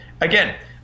again